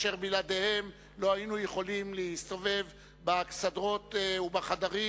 אשר בלעדיהם לא היינו יכולים להסתובב באכסדרות ובחדרים,